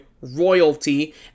royalty